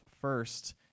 first